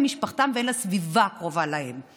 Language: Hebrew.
הן למשפחתם והן לסביבה הקרובה להם.